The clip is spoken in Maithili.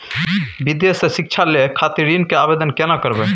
विदेश से शिक्षा लय खातिर ऋण के आवदेन केना करबे?